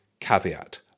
caveat